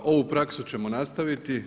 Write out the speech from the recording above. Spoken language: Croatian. Ovu praksu ćemo nastaviti.